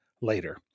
later